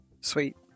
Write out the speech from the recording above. Sweet